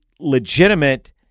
legitimate